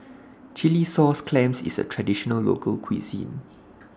Chilli Sauce Clams IS A Traditional Local Cuisine